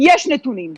יש נתונים והרבה.